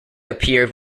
appeared